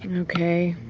yeah okay.